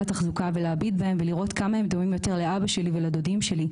התחזוקה ולקלוט כמה הם דומים יותר לאבא שלי ולדודים שלי,